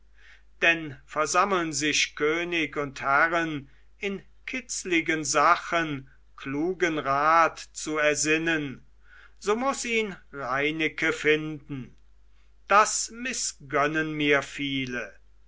denn versammeln sich könig und herren in kitzlichen sachen klugen rat zu ersinnen so muß ihn reineken finden das mißgönnen mir viele